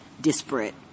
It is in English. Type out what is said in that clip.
disparate